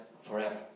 forever